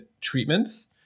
treatments